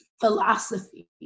philosophy